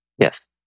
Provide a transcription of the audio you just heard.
Yes